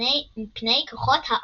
מפני כוחות האופל.